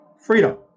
Freedom